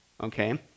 okay